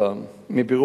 אותה